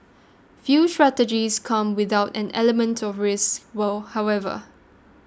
few strategies come without an element of risk well however